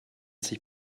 sich